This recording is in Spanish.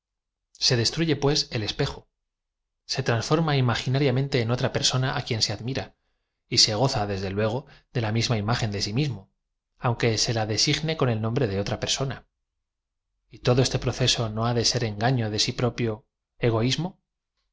se destruye pues el espejo se transforma im aginariam ente en otra persona á quien ae admira y se go za desde luego de la misma imagen de si mismo aunque se la designe con el nombre de otra persona todo este proceso no ha de ser engaqo de sí propio egoísmo